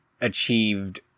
achieved